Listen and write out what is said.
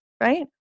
right